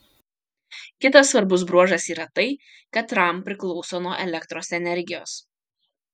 kitas svarbus bruožas yra tai kad ram priklauso nuo elektros energijos